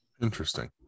Interesting